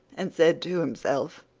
and said to himself,